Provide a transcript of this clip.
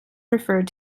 referred